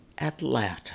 Atlanta